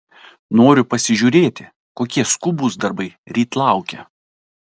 noriu pasižiūrėti kokie skubūs darbai ryt laukia